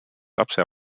lapse